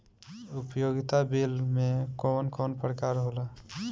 उपयोगिता बिल के कवन कवन प्रकार होला?